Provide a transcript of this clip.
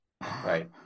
right